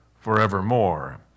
forevermore